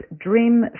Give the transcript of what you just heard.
dream